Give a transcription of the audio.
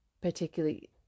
particularly